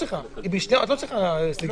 את לא צריכה אותן כדי לקבל זכות דיבור.